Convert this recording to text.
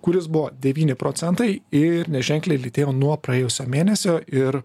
kuris buvo devyni procentai ir neženkliai lytėjo nuo praėjusio mėnesio ir